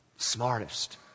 smartest